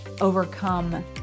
overcome